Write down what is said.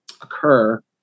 occur